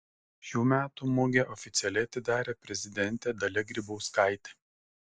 šių metų mugę oficialiai atidarė prezidentė dalia grybauskaitė